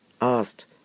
asked